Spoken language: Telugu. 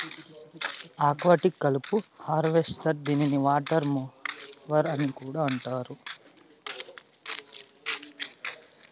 ఆక్వాటిక్ కలుపు హార్వెస్టర్ దీనిని వాటర్ మొవర్ అని కూడా పిలుస్తారు